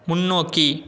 முன்னோக்கி